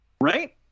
Right